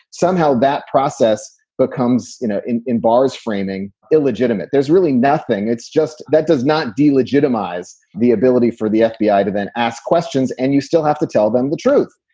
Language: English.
somehow that process becomes, you know, in in bars, framing it legitimate. there's really nothing. it's just that does not delegitimize the ability for the fbi to then ask questions. and you still have to tell them the truth.